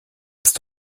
ist